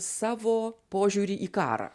savo požiūrį į karą